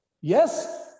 Yes